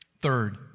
Third